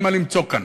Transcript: אין מה למצוא כאן.